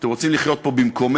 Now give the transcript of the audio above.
אתם רוצים לחיות פה במקומנו?